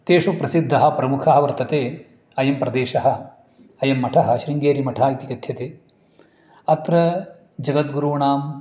तेषु प्रसिद्धः प्रमुखः वर्तते अयं प्रदेशः अयं मठः शृङ्गेरिमठः इति कथ्यते अत्र जगद्गुरूणां